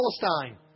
Palestine